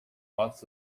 lots